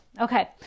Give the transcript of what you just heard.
okay